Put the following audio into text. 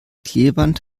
klebeband